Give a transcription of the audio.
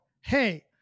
hey